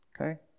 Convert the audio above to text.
okay